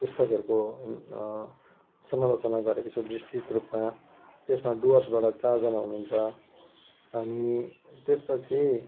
पुस्तकहरूको समालोचना गरेको छु विस्तृत रूपमा त्यसमा डुवर्सबाट चारजना हुनुहुन्छ अनि त्यसपछि